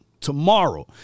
tomorrow